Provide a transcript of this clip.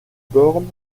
borne